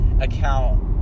account